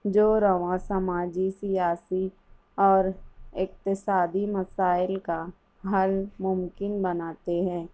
جو رواں سماجی سیاسی اور اقتصادی مسائل کا حل ممکن بناتے ہیں